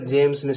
James